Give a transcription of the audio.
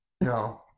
No